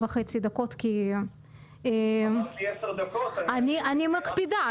וחצי --- אמרת לי שיש לי עשר דקות --- אני מקפידה,